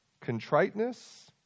contriteness